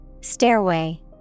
Stairway